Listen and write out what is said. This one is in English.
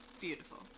beautiful